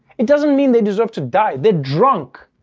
it doesn't mean they deserve to die, they're drunk.